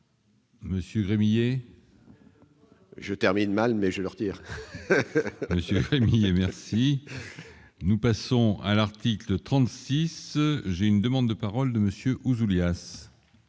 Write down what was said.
Monsieur Gremillet. Je termine mal mais je leur tire. La famille merci, nous passons à l'article 36 j'ai une demande de parole de monsieur ou Julia